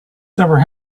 never